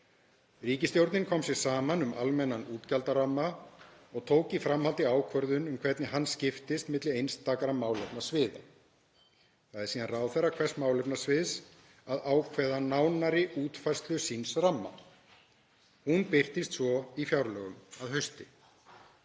Ríkisstjórnin kom sér saman um almennan útgjaldaramma og tók í framhaldi ákvörðun um hvernig hann skiptist milli einstakra málefnasviða. Það er síðan ráðherra hvers málefnasviðs að ákveða nánari útfærslu síns ramma. Hún birtist svo í fjárlögum að hausti.